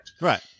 Right